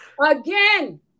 again